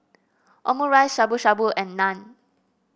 Omurice Shabu Shabu and Naan